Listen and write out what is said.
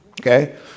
Okay